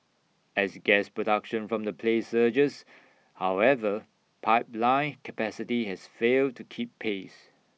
as gas production from the play surges however pipeline capacity has failed to keep pace